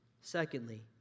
Secondly